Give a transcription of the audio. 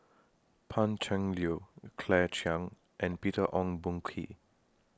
Pan Cheng Lui Claire Chiang and Peter Ong Boon Kwee